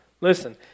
Listen